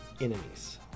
enemies